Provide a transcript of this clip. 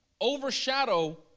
overshadow